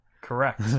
Correct